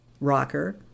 rocker